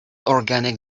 organic